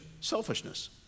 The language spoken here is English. Selfishness